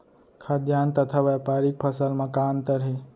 खाद्यान्न तथा व्यापारिक फसल मा का अंतर हे?